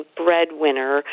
breadwinner